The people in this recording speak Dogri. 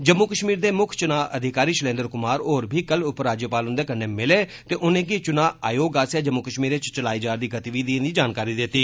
जम्मू कष्मीर दे मुक्ख चुनाव अधिकारी षैलेन्द्र कुमार होर बी कल उपराज्यपाल हुन्दे कन्नै मिले ते उनेंगी चुनाव आयोग आस्सेआ जम्मू कष्मीर इच चलाई जा'रदी गतिविधिएं दी जानकारी दित्ती